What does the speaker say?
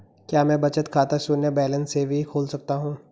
क्या मैं बचत खाता शून्य बैलेंस से भी खोल सकता हूँ?